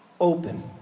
open